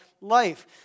life